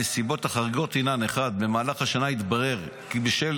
הנסיבות החריגות: 1. במהלך השנה התברר כי בשל